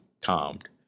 calmed